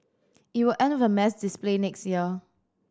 it will end with a mass display next year